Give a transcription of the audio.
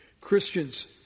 Christians